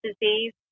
disease